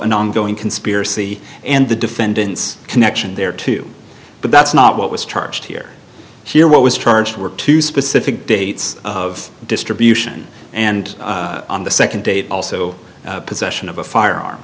an ongoing conspiracy and the defendant's connection there too but that's not what was charged here here what was charged were two specific dates of distribution and on the second date also possession of a firearm